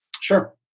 Sure